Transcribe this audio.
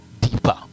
deeper